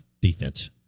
defense